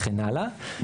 וכן הלאה,